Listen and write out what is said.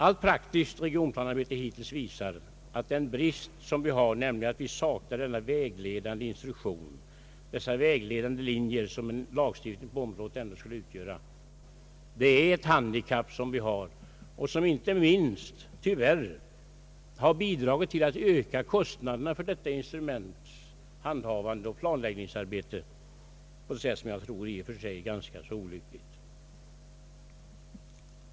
Allt praktiskt regionplanearbete som hittills utförts visar att den brist som består i att vi saknar denna vägledande institution och de riktlinjer som en lagstiftning skulle utgöra är ett handikapp för oss, vilket tyvärr inte minst bidragit till att öka kostnaderna för detta instruments handhavande i planläggningsarbetet — vilket för övrigt skett på ett sätt som jag tror är ganska så olyckligt.